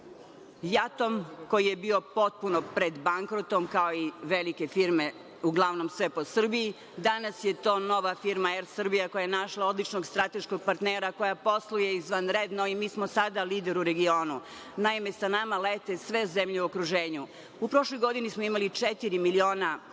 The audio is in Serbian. „JAT“-om, koji je bio potpuno pred bakrotom, kao i velike firme, uglavnom sve po Srbiji. Danas je to nova firma „Er Srbija“ koja je našla odličnog strateškog partnera, koja posluje izvanredno i mi smo sada lider u regionu. Naime, sa nama lete sve zemlje u okruženju. U prošloj godini smo imali četiri miliona